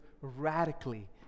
radically